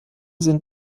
sind